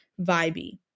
vibey